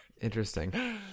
Interesting